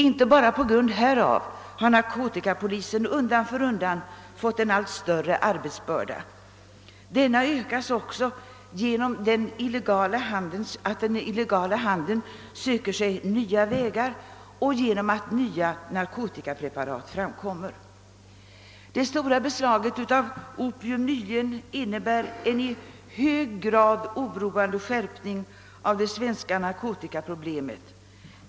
Inte bara på grund härav har narkotikapolisen undan för undan fått en allt större arbetsbörda utan också genom att den illegala handeln söker sig nya vägar och genom att nya narkotikapreparat framkommer. Det stora beslaget åv opium nyligen innebär en i hög grad oroande skärpning av det svenska narkotikaproblemet.